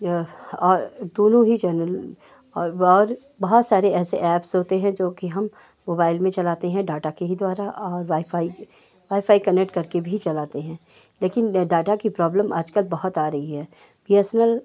जो और दोनों ही चैनल और व और बहुत सारे ऐसे ऐप्स होते हैं जो कि हम मोबाइल में चलाते हैं डाटा के ही द्वारा और वाईफ़ाई वाईफ़ाई कनेक्ट करके भी चलाते हैं लेकिन यह डाटा की प्रॉब्लम आजकल बहुत आ रही है बी एस एन एल